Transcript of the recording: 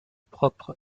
propre